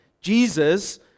Jesus